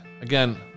Again